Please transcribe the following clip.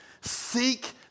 seek